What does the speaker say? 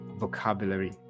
vocabulary